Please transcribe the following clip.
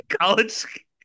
college